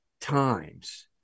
times